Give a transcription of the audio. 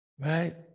right